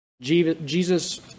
Jesus